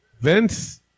vince